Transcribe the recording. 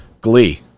Glee